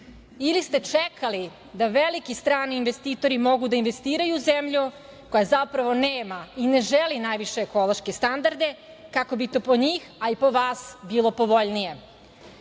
ili ste čekali da veliki strani investitori mogu da investiraju u zemlju, koja zapravo nema i ne želi najviše ekološke standarde, kako bi to po njih, a i po vas bilo povoljnije. Kako